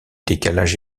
décalage